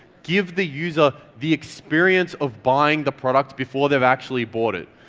give the user the experience of buying the product before they've actually bought it.